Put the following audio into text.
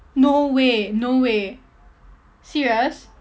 no way no way serious